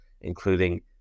including